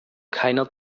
keiner